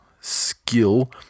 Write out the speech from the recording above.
skill